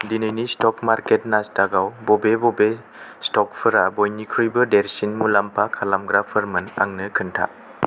दिनैनि stock market नासडाकआव बबे बबे स्टकफोरा बयनिख्रुइबो देरसिन मुलाम्फा खालामग्राफोरमोन आंनो खोन्था